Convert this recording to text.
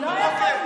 בבוקר?